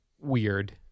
weird